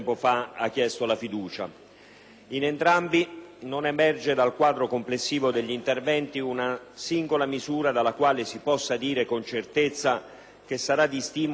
In entrambi non emerge dal quadro complessivo degli interventi una singola misura dalla quale si possa dire con certezza che sarà di stimolo al rilancio dell'economia.